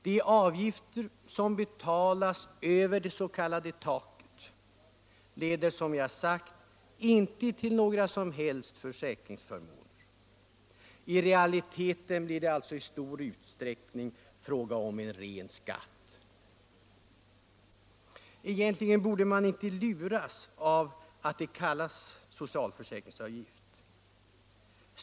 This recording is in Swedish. De avgifter som betalas utöver det s.k. taket leder, som jag har sagt, inte till några som helst försäkringsförmåner. I realiteten blir det alltså i stor utsträckning fråga om en ren skatt. Egentligen borde man inte låta sig luras av att det kallas socialförsäkringsavgift.